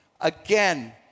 again